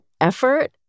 effort